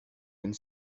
and